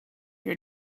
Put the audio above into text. your